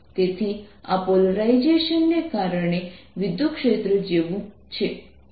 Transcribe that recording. તેથી અમે ફરીથી શું કરીશું